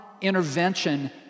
intervention